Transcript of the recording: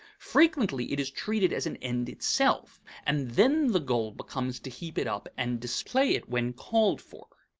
frequently it is treated as an end itself, and then the goal becomes to heap it up and display it when called for.